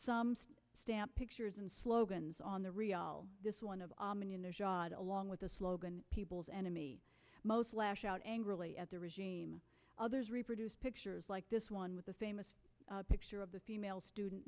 say stamp pictures and slogans on the reaal this one of the along with the slogan people's enemy most lash out angrily at the regime others reproduced pictures like this one with the famous picture of the female student